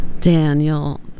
Daniel